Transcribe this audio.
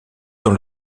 dans